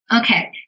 Okay